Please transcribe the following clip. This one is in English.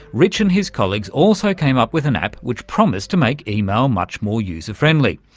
rich and his colleagues also came up with an app which promised to make email much more user-friendly.